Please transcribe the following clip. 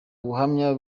ubuhamya